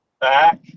back